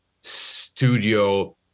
studio